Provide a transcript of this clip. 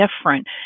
different